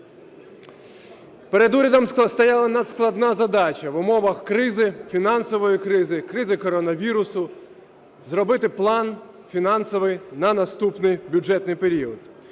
Перед урядом стояла надскладна задача: в умовах кризи, фінансової кризи, кризи коронавірусу зробити план фінансовий на наступний бюджетний період.